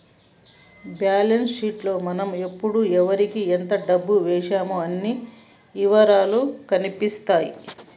balance sheet లో మనం ఎప్పుడు ఎవరికీ ఎంత డబ్బు వేశామో అన్ని ఇవరాలూ కనిపిత్తాయి